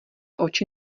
oči